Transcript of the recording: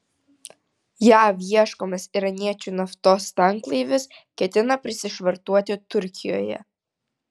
jav ieškomas iraniečių naftos tanklaivis ketina prisišvartuoti turkijoje